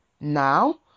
Now